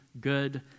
good